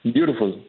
Beautiful